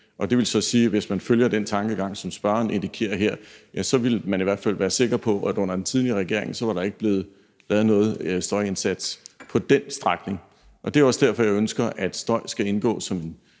og det vil så sige, at hvis man følger den tankegang, som spørgeren her giver udtryk for, vil man i hvert fald være sikker på, at under den tidligere regering var der ikke blevet lavet nogen støjindsats på den strækning. Jeg ønsker, at støj skal indgå i et